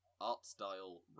Art-Style